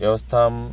व्यवस्थाम्